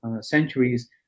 centuries